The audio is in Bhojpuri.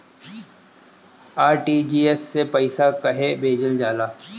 आर.टी.जी.एस से पइसा कहे भेजल जाला?